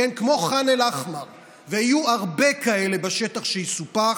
כמו ח'אן אל-אחמר, ויהיו הרבה כאלה בשטח שיסופח,